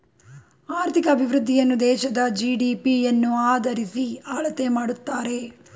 ಆರ್ಥಿಕ ಅಭಿವೃದ್ಧಿಯನ್ನು ದೇಶದ ಜಿ.ಡಿ.ಪಿ ಯನ್ನು ಆದರಿಸಿ ಅಳತೆ ಮಾಡುತ್ತಾರೆ